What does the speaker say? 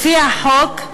לפי החוק,